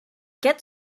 get